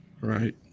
right